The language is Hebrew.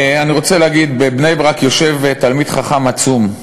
אני רוצה להגיד: בבני-ברק יושב תלמיד חכם עצום,